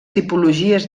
tipologies